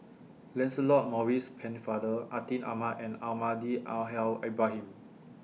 Lancelot Maurice Pennefather Atin Amat and Almahdi Al Haj Ibrahim